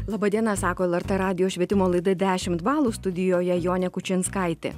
laba diena sako lrt radijo švietimo laida dešimt balų studijoje jonė kučinskaitė